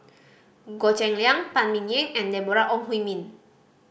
Goh Cheng Liang Phan Ming Yen and Deborah Ong Hui Min